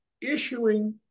issuing